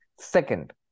Second